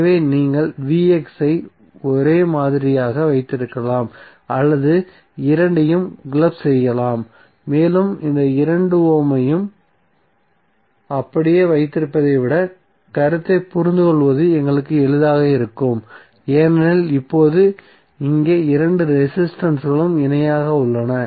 எனவே நீங்கள் ஐ ஒரே மாதிரியாக வைத்திருக்கலாம் மற்றும் இரண்டையும் கிளப் செய்யலாம் மேலும் இந்த 2 ஓம் ஐயும் அப்படியே வைத்திருப்பதை விட கருத்தை புரிந்துகொள்வது எங்களுக்கு எளிதாக இருக்கும் ஏனெனில் இப்போது இங்கே இரண்டு ரெசிஸ்டன்ஸ்களும் இணையாக உள்ளன